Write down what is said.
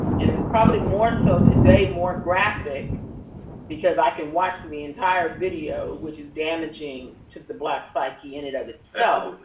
and probably more so today, more graphic because i can watch the entire video which is damaging to the black psyche in it of itself.